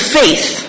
faith